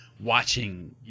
watching